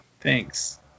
thanks